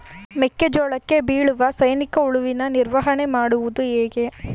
ಮೆಕ್ಕೆ ಜೋಳಕ್ಕೆ ಬೀಳುವ ಸೈನಿಕ ಹುಳುವಿನ ನಿರ್ವಹಣೆ ಮಾಡುವುದು ಹೇಗೆ?